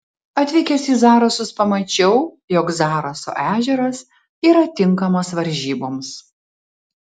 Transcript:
atvykęs į zarasus pamačiau jog zaraso ežeras yra tinkamas varžyboms